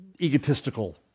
egotistical